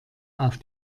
auf